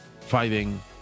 fighting